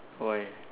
why